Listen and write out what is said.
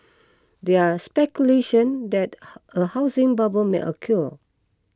there speculation that a housing bubble may occur